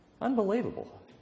Unbelievable